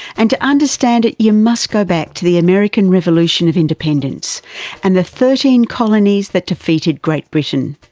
and to understand it you must go back to the american revolution of independence and the thirteen colonies that defeated great britain.